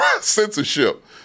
censorship